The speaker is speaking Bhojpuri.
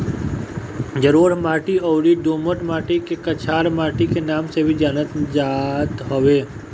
जलोढ़ माटी अउरी दोमट माटी के कछार माटी के नाम से भी जानल जात हवे